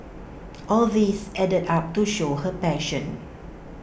all these added up to show her passion